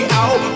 out